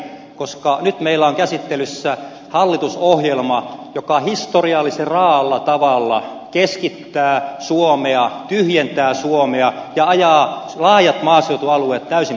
koska nyt meillä on käsittelyssä hallitusohjelma joka historiallisen raaalla tavalla keskittää suomea tyhjentää suomea ja ajaa laajat maaseutualueet täysin ahdinkoon